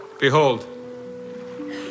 Behold